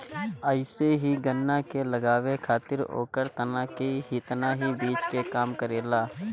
अइसे ही गन्ना के लगावे खातिर ओकर तना ही बीज के काम करेला